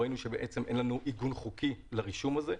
ראינו שאין לנו עיגון חוקי לרישום הזה,